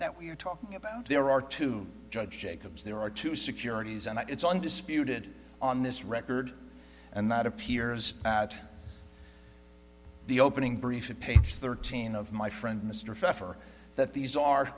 that we're talking about there are two judge jacobs there are two securities and it's undisputed on this record and that appears at the opening brief of page thirteen of my friend mr feffer that these are